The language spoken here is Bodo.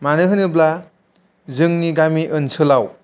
मानो होनोब्ला जोंनि गामि ओनसोलाव